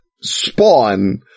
spawn